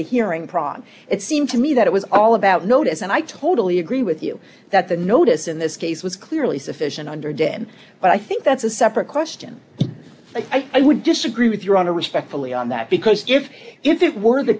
the hearing problem it seemed to me that it was all about notice and i totally agree with you that the notice in this case was clearly sufficient under dead but i think that's a separate question i do disagree with your honor respectfully on that because if if it were the